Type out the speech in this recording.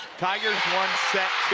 tigers won set